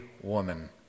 woman